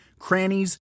crannies